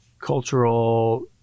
cultural